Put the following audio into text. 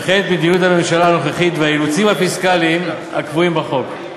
וכן את מדיניות הממשלה הנוכחית והאילוצים הפיסקליים הקבועים בחוק.